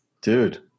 Dude